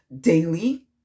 daily